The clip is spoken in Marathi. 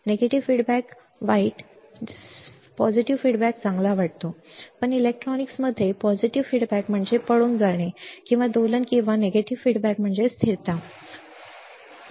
नकारात्मक अभिप्राय वाईट सकारात्मक चांगला वाटतो पण इलेक्ट्रॉनिक्समध्ये सकारात्मक अभिप्राय म्हणजे पळून जाणे किंवा दोलन आणि नकारात्मक अभिप्राय म्हणजे स्थिरता स्थिरता ठीक आहे